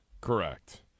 Correct